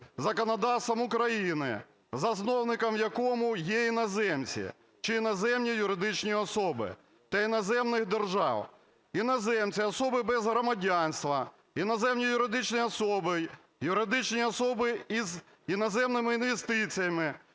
законодавством України, засновником в якому є іноземці чи іноземні юридичні особи, та іноземних держав. Іноземці, особи без громадянства, іноземні юридичні особи, юридичні особи із іноземними інвестиціями,